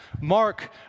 Mark